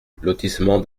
lotissement